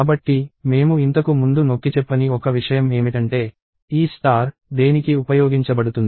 కాబట్టి మేము ఇంతకు ముందు నొక్కిచెప్పని ఒక విషయం ఏమిటంటే ఈ స్టార్ దేనికి ఉపయోగించబడుతుంది